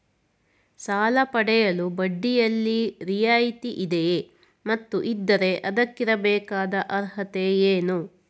ಸಾಲ ಪಡೆಯಲು ಬಡ್ಡಿಯಲ್ಲಿ ರಿಯಾಯಿತಿ ಇದೆಯೇ ಮತ್ತು ಇದ್ದರೆ ಅದಕ್ಕಿರಬೇಕಾದ ಅರ್ಹತೆ ಏನು?